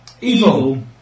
evil